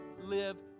live